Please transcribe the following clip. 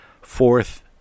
fourth